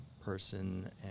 person